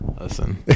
Listen